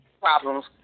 problems